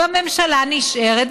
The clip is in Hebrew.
והממשלה נשארת,